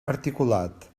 articulat